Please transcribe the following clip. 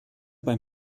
beim